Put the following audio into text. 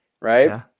right